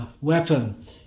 weapon